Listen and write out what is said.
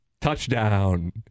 touchdown